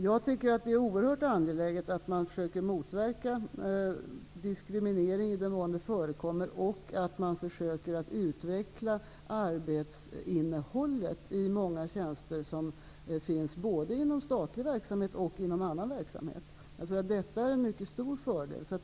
Jag tycker att det är oerhört angeläget att man försöker motverka diskriminering i den mån det förekommer och att man försöker att utveckla arbetsinnehållet i många tjänster såväl inom statlig som inom annan verksamhet. Det är en mycket stor fördel.